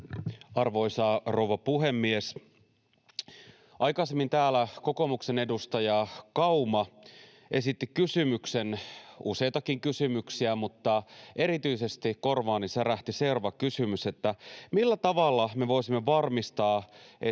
Arvoisa rouva puhemies! Aikaisemmin täällä kokoomuksen edustaja Kauma esitti kysymyksen, useitakin kysymyksiä, mutta erityisesti korvaani särähti seuraava kysymys: millä tavalla me voisimme varmistaa, ettei